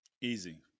Easy